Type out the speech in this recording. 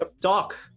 Doc